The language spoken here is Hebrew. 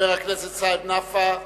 חבר הכנסת סעיד נפאע,